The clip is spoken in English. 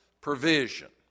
provision